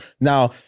Now